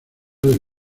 del